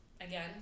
again